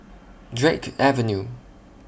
Drake Avenue